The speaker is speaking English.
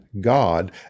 God